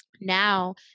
Now